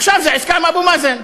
עכשיו זה עסקה עם אבו מאזן,